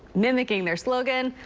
mimicking their slogan.